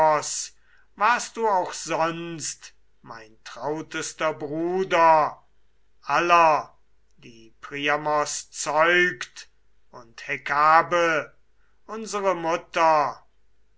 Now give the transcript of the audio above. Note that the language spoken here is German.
warst du auch sonst mein trautester bruder aller die priamos zeugt und hekabe unsere mutter